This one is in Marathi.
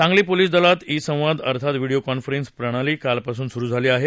सांगली पोलीस दलात ई संवाद अर्थात व्हिडीओ कॉन्फरन्स प्रणाली कालपासून सुरु झाली आहे